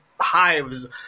hives